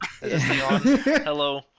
Hello